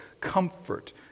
comfort